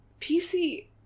PC